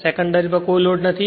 secondary પર કોઈ load નથી